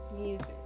music